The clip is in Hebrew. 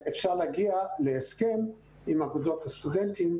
אפשר להגיע להסכם עם אגודות הסטודנטים,